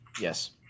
yes